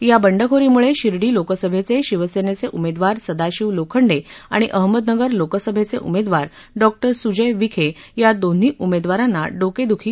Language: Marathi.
या बंडखोरी मुळे शिर्डी लोकसभेचे शिवसेनेचे उमेदवार सदाशिव लोखंडे आणि अहमदनगर लोकसभेचे उमेदवार डॉ सूजय विखे या दोन्ही उमेदवारांना डोकेद्खी होणार आहे